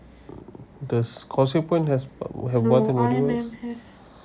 does causeway point has have bath and body works